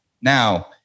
Now